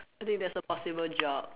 I think that's a possible job